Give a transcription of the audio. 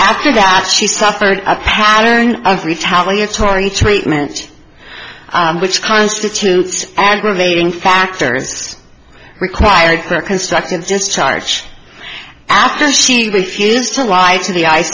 after that she suffered a pattern of retaliatory treatment which constitutes aggravating factors required for constructive discharge after she refused to lie to the ice